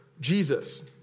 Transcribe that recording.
Jesus